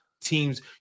Teams